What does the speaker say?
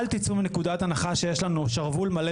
אל תצאו מנקודת הנחה שיש לנו שרוול מלא